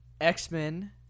X-Men